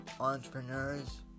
entrepreneurs